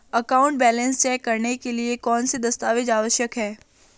Account balance check करने के लिए कौनसे दस्तावेज़ आवश्यक हैं?